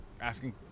asking